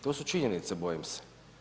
To su činjenice bojim se.